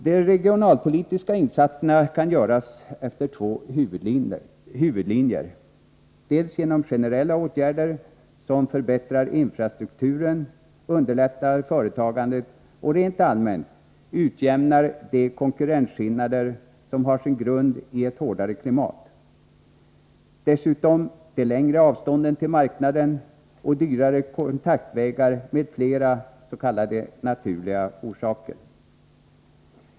De regionalpolitiska insatserna kan göras efter två huvudlinjer. Man kan vidta generella åtgärder som förbättrar infrastrukturen, underlättar företagandet och rent allmänt utjämnar de konkurrensskillnader som har sin grund i ett hårdare klimat, längre avstånd till marknaden, dyrare kontaktvägar och andra s.k. naturliga orsaker.